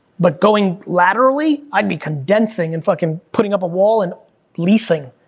but going laterally? i'd be condensing and fucking putting up a wall, and leasing,